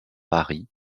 paris